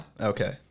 Okay